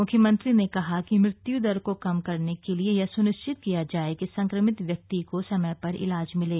मुख्यमंत्री ने कहा कि मृत्यु दर को कम करने के लिये यह सुनिश्चित किया जाए कि संक्रमित व्यक्ति को समय पर इलाज मिले